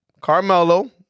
Carmelo